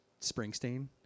Springsteen